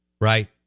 Right